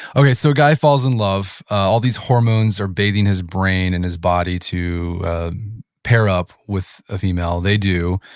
okay, so a guy falls in love, all these hormones are bathing his brain and his body to pair up with a female. they do,